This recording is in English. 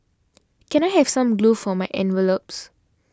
can I have some glue for my envelopes